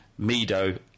Mido